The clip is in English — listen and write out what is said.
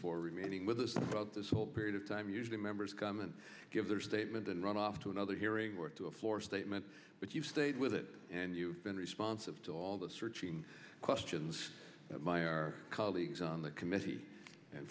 for remaining with us about this whole period of time usually members come and give their statement and run off to another hearing or to a floor statement but you've stayed with it and you've been responsive to all the searching questions that my colleagues on the committee and